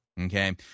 Okay